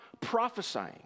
prophesying